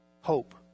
Hope